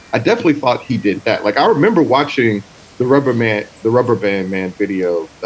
i definitely thought he did that. like, i remember watching the rubber mat, the rubber band man video,